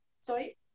Sorry